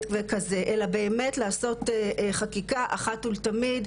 וכזה, אלא באמת לעשות חקיקה אחת ולתמיד.